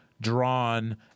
drawn